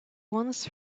once